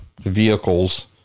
vehicles